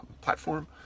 platform